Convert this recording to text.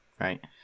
Right